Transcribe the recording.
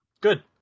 Good